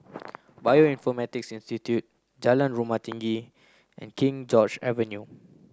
Bioinformatics Institute Jalan Rumah Tinggi and King George Avenue